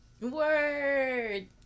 Word